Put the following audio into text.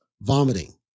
vomiting